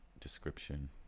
description